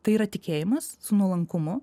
tai yra tikėjimas su nuolankumu